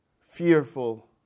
fearful